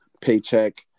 paycheck